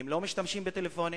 הם לא משתמשים בטלפונים,